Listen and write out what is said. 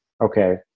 okay